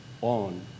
on